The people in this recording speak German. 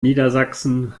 niedersachsen